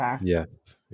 Yes